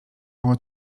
było